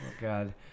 God